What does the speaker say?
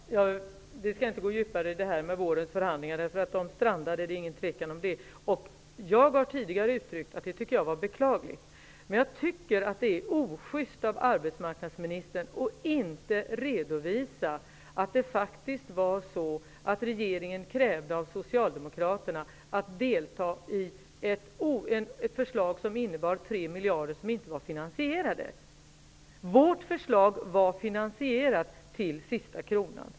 Herr talman! Jag skall inte gå djupare in på vårens förhandlingar -- det är inget tvivel om att de strandade. Jag har tidigare sagt att jag tycker att det var beklagligt. Men jag tycker att det är osjyst av arbetsmarknadsministern att inte redovisa att regeringen krävde av Socialdemokraterna att vi skulle stå bakom ett förslag som innebar 3 miljarder som inte var finansierade. Vårt förslag var finansierat till sista kronan.